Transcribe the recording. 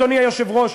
אדוני היושב-ראש,